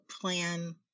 plan